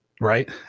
right